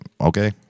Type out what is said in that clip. okay